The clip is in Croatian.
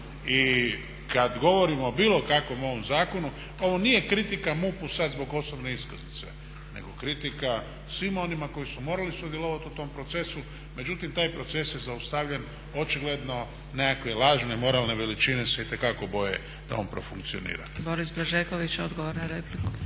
I kada govorimo o bilo kakvom ovom zakonu ovo nije kritika MUP-u sada zbog osobne iskaznice nego kritika svima onima koji su morali sudjelovati u tom procesu, međutim taj proces je zaustavljen očigledno nekakve lažne moralne veličine se itekako boje da on profunkcionira. **Zgrebec, Dragica